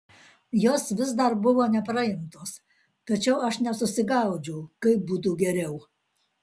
jos vis dar buvo nepraimtos tačiau aš nesusigaudžiau kaip būtų buvę geriau